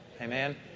Amen